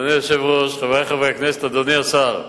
אדוני היושב-ראש, חברי חברי הכנסת, אדוני השר,